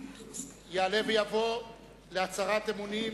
ההצהרה) יעלה ויבוא להצהרת אמונים